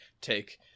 take –